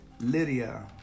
lydia